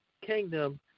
kingdom